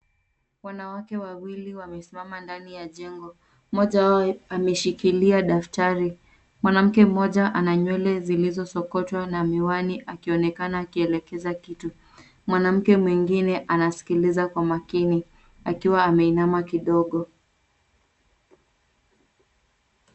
Wanawake wawili wamesimama ndani ya jengo. Mmoja wao ameshikilia daftari, mwanamke mmoja ana nywele zilizosokotwa na miwani, akionekana akielekeza kitu. Mwanamke mwingine anasikiliza kwa makini akiwa ameinama kidogo.